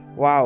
Wow